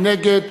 מי נגד?